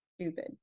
stupid